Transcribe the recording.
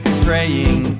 praying